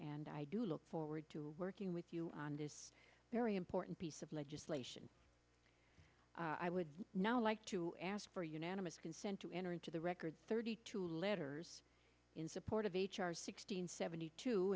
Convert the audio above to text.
and i do look forward to working with you on this very important piece of legislation i would now like to ask for unanimous consent to enter into the record thirty two letters in support of h r sixteen seventy two